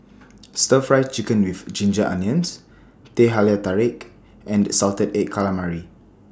Stir Fry Chicken with Ginger Onions Teh Halia Tarik and Salted Egg Calamari